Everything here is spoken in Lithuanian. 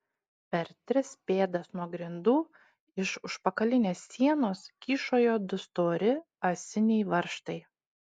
per tris pėdas nuo grindų iš užpakalinės sienos kyšojo du stori ąsiniai varžtai